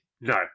No